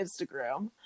Instagram